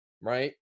right